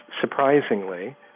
surprisingly